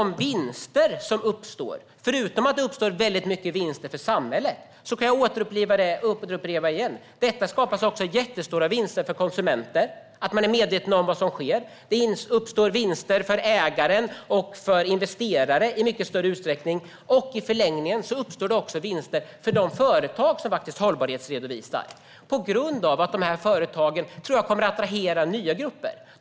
Förutom att det uppstår väldigt mycket vinster för samhället skapas också jättestora vinster för konsumenter. De är medvetna om vad som sker. Det uppstår vinster för ägare och investerare i mycket större utsträckning. I förlängningen uppstår det också vinster för de företag som hållbarhetsredovisar. Jag tror att de företagen kommer att attrahera nya grupper.